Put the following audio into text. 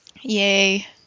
Yay